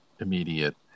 immediate